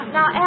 Now